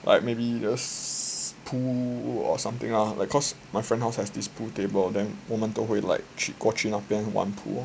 like maybe just pool or something lah like cause my friend house has this pool table then 我们都会 like 过去那边玩 pool